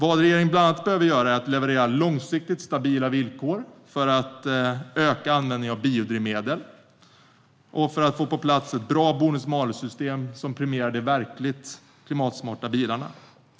Vad regeringen bland annat behöver göra är att leverera långsiktigt stabila villkor för att öka an-vändningen av biodrivmedel och få på plats ett bra bonus-malus-system som premierar verkligt klimatsmarta bilar.